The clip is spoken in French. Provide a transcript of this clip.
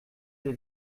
des